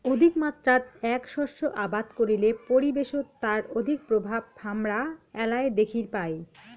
অধিকমাত্রাত এ্যাক শস্য আবাদ করিলে পরিবেশত তার অধিক প্রভাব হামরা এ্যালায় দ্যাখির পাই